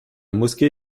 mosquée